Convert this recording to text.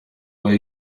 why